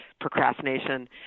procrastination